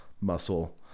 muscle